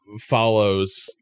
follows